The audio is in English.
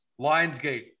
Lionsgate